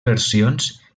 versions